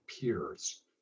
peers